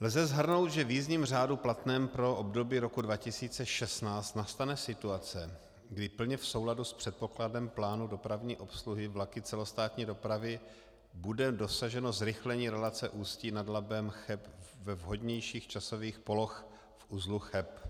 Lze shrnout, že v jízdním řádu platném pro období roku 2016 nastane situace, kdy plně v souladu s předpokladem plánu dopravní obsluhy vlaky celostátní dopravy bude dosaženo zrychlení relace Ústí nad Labem Cheb ve vhodnějších časových polohách v uzlu Cheb.